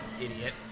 idiot